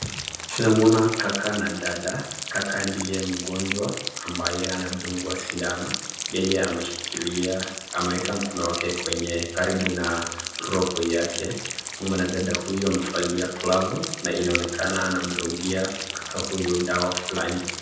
Tunamuona kaka na dada. Kaka ndiye mgonjwa ambaye anadungwa sindano, yeye ameshikilia ameweka mkono wake kwenye karibu na roho yake, mwanadada huyu amevalia glavu na inaonekana anamdungia kaka huyu dawa fulani.